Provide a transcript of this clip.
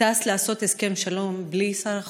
טס לעשות הסכם שלום בלי שר החוץ,